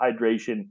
hydration